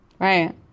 Right